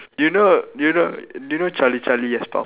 do you know you do know do you know charlie charlie yes pa~